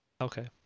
Okay